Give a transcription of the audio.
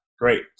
Great